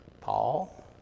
Paul